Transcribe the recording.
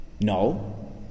No